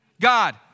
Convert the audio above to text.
God